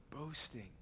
boasting